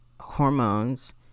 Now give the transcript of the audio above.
hormones